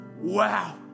wow